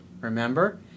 remember